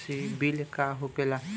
सीबील का होखेला?